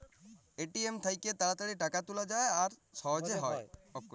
ATM থ্যাইকে তাড়াতাড়ি টাকা তুলা যায় আর সহজে হ্যয়